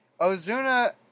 Ozuna